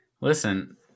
Listen